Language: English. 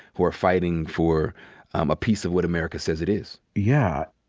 who are fighting for um a piece of what america says it is? yeah.